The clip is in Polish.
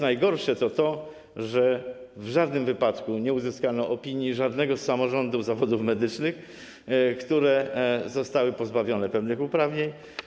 Najgorsze jest to, że w żadnym wypadku nie uzyskano opinii żadnego z samorządów zawodów medycznych, które zostały pozbawione pewnych uprawnień.